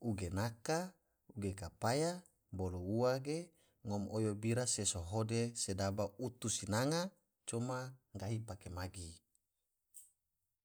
uge naka, uge kopaya, bolo ua ge ngom oyo bira se so hode sodaba utu sinanga coma gahi pake magi.